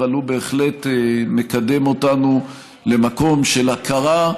אבל הוא בהחלט מקדם אותנו למקום של הכרה,